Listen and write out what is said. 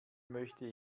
möchte